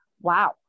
wow